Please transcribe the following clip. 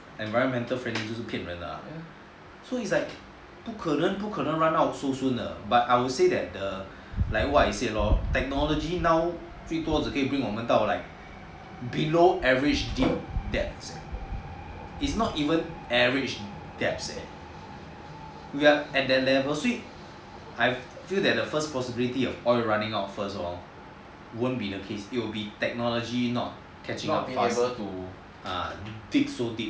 environmental friendly 是骗人的 so it's like 不可能不可能 run out so soon 的 but I would say that the like what I said lor technology now 最多是可以 bring 我们到 below average depths is not even average depths leh we are at that level 所以 I feel that the first probability that oil running out first hor won't a case it will be technology not catching up to let us dig so deep